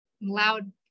loud